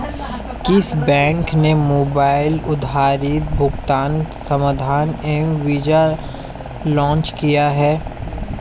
किस बैंक ने मोबाइल आधारित भुगतान समाधान एम वीज़ा लॉन्च किया है?